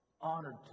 honored